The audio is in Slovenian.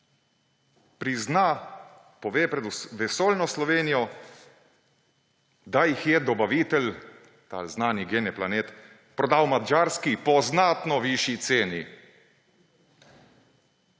prizna, pove pred vesoljno Slovenijo, da jih je dobavitelj, ta znani GenePlanet prodal Madžarski po znatno višji ceni.